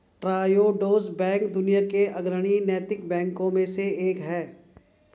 Triodos bank दुनिया के अग्रणी नैतिक बैंकों में से एक है